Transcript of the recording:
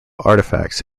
artifacts